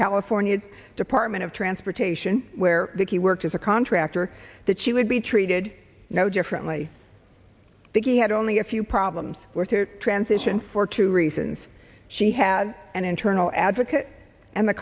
california department of transportation where he worked as a contractor that she would be treated no differently than he had only a few problems with her transition for two reasons she had an internal advocate and the